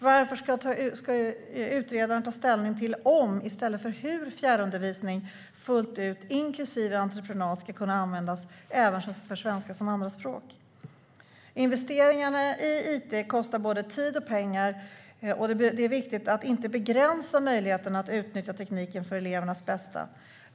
Varför ska utredaren ta ställning till om i stället för hur fjärrundervisning ska kunna användas fullt ut inklusive entreprenad även för svenska som andraspråk? Investeringarna i it kostar både tid och pengar, och det är viktigt att inte begränsa möjligheterna att utnyttja tekniken för elevernas bästa.